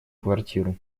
квартиру